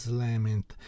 lament